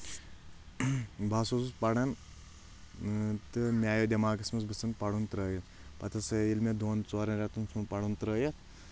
بہٕ ہسا اوسُس پران تہٕ مےٚ آیہِ دؠماغس منٛز بہٕ ژٕنہٕ پرُن ترٛٲیِتھ پتہٕ ہسا ییٚلہِ مےٚ دۄن ژورَن ریٚتن ژھون پرُن ترٲیِتھ